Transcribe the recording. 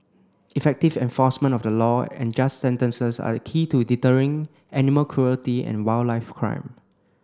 effective enforcement of the law and just sentences are key to deterring animal cruelty and wildlife crime